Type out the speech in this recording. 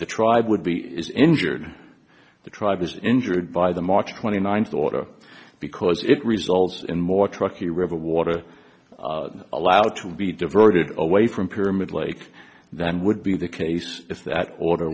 the tribe would be is injured the tribe was injured by the march twenty ninth order because it results in more truckee river water allowed to be diverted away from pyramid lake than would be the case if that order